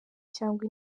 cyangwa